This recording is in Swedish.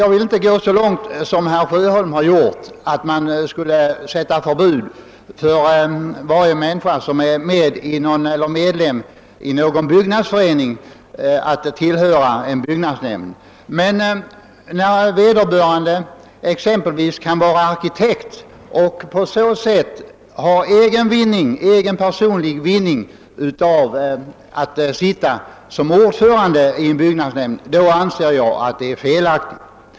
Jag vill inte gå så långt som herr Sjöholm har gjort, d.v.s. att man skall utfärda förbud för var och en som är medlem av någon byggnadsförening att tillhöra en byggnadsnämnd. Men jag anser det exempelvis vara felaktigt när en arkitekt får sitta som ordförande i en byggnadsnämnd. Han kan då ha möjlighet till egen personlig vinning.